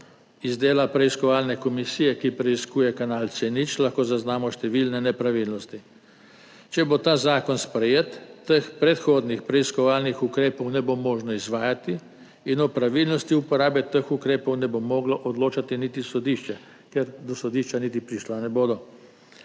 Iz dela preiskovalne komisije, ki preiskuje kanal C0, lahko zaznamo številne nepravilnosti. Če bo ta zakon sprejet, teh predhodnih preiskovalnih ukrepov ne bo možno izvajati in o pravilnosti uporabe teh ukrepov ne bo moglo odločati niti sodišče, ker do sodišča niti prišla ne bodo.